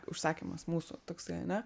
užsakymas mūsų toksai ane